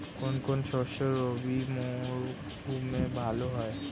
কোন কোন শস্য রবি মরশুমে ভালো হয়?